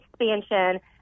expansion